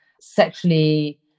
sexually